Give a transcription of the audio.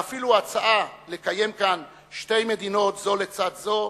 ואפילו הצעה לקיים כאן שתי מדינות זו לצד זו,